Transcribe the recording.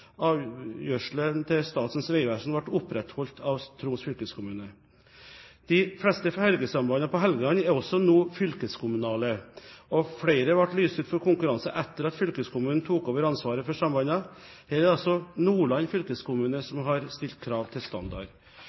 til Statens vegvesen ble opprettholdt av Troms fylkeskommune. De fleste fergesambandene på Helgeland er også nå fylkeskommunale, og flere ble lyst ut for konkurranse etter at fylkeskommunen tok over ansvaret for sambandene. Her er det altså Nordland fylkeskommune som har stilt krav til standard.